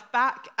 back